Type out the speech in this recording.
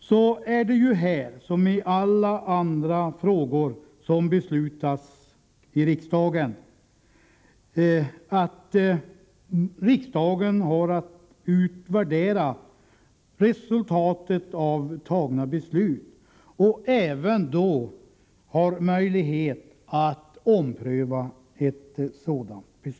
Som när det gäller alla andra frågor har riksdagen att utvärdera resultatet av sitt beslut, varefter det också finns möjligheter att ompröva saken.